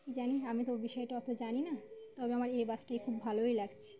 কী জানি আমি তো বিষয়টা অত জানি না তবে আমার এ বাসটায় খুব ভালোই লাগছে